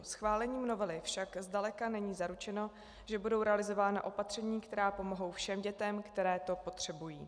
Schválením novely však zdaleka není zaručeno, že budou realizována opatření, která pomohou všem dětem, které to potřebují.